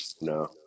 No